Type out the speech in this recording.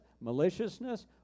maliciousness